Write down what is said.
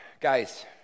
guys